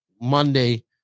Monday